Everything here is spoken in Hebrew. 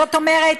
זאת אומרת,